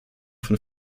von